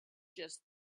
just